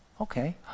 okay